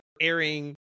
airing